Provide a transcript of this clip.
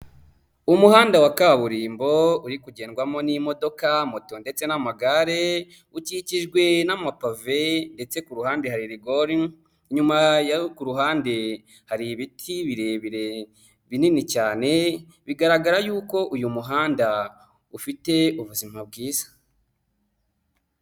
Umuhanda wa kaburimbo uri kugendwamo n'imodoka, moto ndetse n'amagare, ukikijwe n'amapave ndetse ku ruhande hari rigore nyuma yo ku ruhande hari ibiti birebire binini cyane, bigaragara y'uko uyu muhanda ufite ubuzima bwiza.